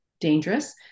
dangerous